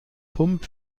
pump